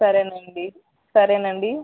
సరేనండి సరేనండి